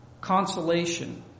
consolation